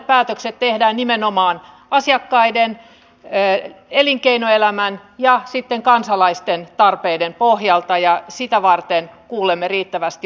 suomen tulisi olla nyt hyvin aktiivinen eu tasolla etsiäkseen samanmielisiä kumppaneita ja tullakseen kuulluksi